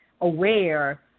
aware